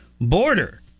border